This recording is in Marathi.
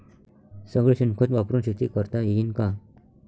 सगळं शेन खत वापरुन शेती करता येईन का?